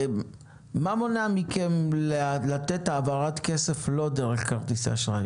מה מונע מכם לתת העברת כסף שלא דרך כרטיס אשראי?